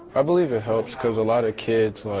i believe it helps because a lot of kids, like,